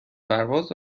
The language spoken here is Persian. پرواز